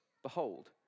Behold